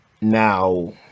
Now